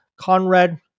Conrad